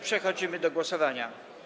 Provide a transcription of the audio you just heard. Przechodzimy do głosowania.